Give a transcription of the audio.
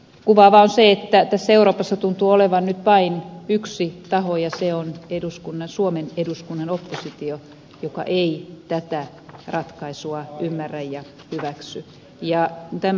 kuvaavaa on se että euroopassa tuntuu olevan nyt vain yksi taho ja se on suomen eduskunnan oppositio joka ei tätä ratkaisua ymmärrä ja hyväksy